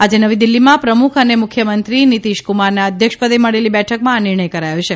આજે નવી દીલ્હીમાં પ્રમુખ અને મુખ્યમંત્રી નિતીશક્રમારના અધ્યક્ષપદે મળેલી બેઠકમાં આ નિર્ણય કરાયો હતો